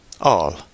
All